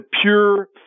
pure